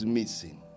missing